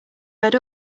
red